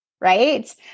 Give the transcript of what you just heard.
right